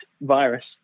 virus